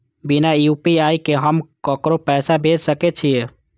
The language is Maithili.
बिना यू.पी.आई के हम ककरो पैसा भेज सके छिए?